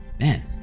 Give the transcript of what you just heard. man